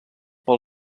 per